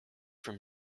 from